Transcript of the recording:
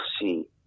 see